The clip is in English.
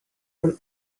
from